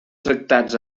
tractats